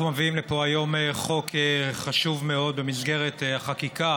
אנחנו מביאים לפה היום חוק חשוב מאוד במסגרת החקיקה